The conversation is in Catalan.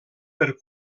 per